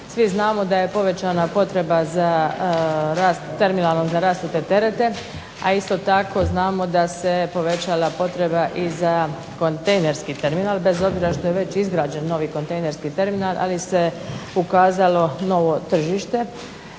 Svi znamo da je povećana potreba za rast, terminalno za rasute terete, a isto tako znamo da se povećala potreba i za kontejnerski terminal, bez obzira što je već izgrađen novi kontejnerski terminal ali se ukazalo novo tržište.